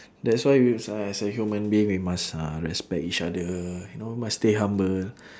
that's why you uh as a human being we must uh respect each other you know must stay humble